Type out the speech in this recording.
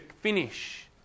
finish